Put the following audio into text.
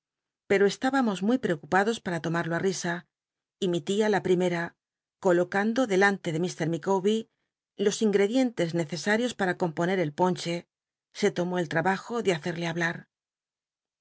pero estlibamos muy preocupados para lomad o ti risa y mi l ia la jli'í mem colocando delante de mr llicawher los in grcdicnlcs necesarios para componer el ponche se tomó el trabajo de hacel'lc hablar